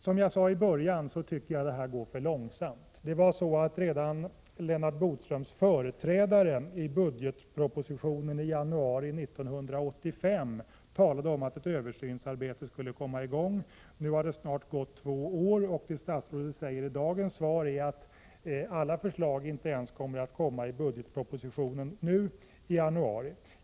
Som jag sade i början tycker jag att arbetet med detta går för långsamt. Redan Lennart Bodströms företrädare framhöll i budgetpropositionen i januari 1985 att ett översynsarbete skulle komma i gång. Nu har det snart gått två år, och statsrådet säger i dagens svar att alla förslag inte kommer att vara framförda ens i och med framläggandet av budgetpropositionen i januari nästa år.